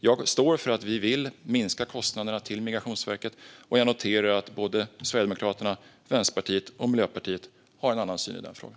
Jag står för att vi vill minska kostnaderna till Migrationsverket och noterar att Sverigedemokraterna, Vänsterpartiet och Miljöpartiet har en annan syn i den frågan.